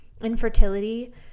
infertility